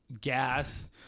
Gas